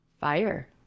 fire